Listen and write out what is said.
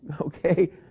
okay